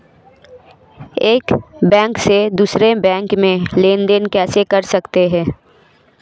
एक बैंक से दूसरे बैंक में लेनदेन कैसे कर सकते हैं?